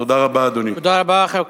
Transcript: תודה רבה, אדוני.